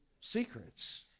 secrets